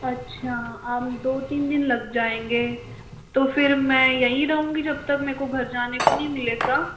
अच्छा दो तीन दिन लग जाएंगे तो फ़िर मैं यहीं रहूँगी जब तक मेरे को घर जाने को नहीं मिलेगा